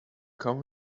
come